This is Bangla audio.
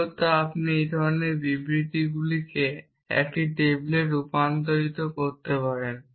মূলত আপনি এই ধরণের বিবৃতিগুলিকে একটি টেবিলে রূপান্তর করতে পারেন